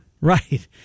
Right